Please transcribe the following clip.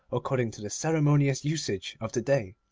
according to the ceremonious usage of the day,